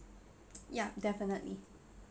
ya definitely